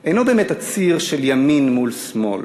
מתנהל אינו באמת הציר של ימין מול שמאל,